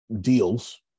deals